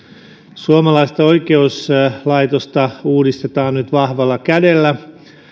suomalaista oikeuslaitosta uudistetaan nyt vahvalla kädellä